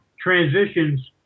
transitions